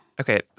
Okay